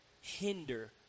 hinder